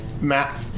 Matt